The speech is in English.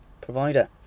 provider